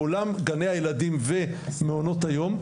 בעולם גני הילדים ומעונות היום,